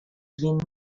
vint